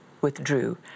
withdrew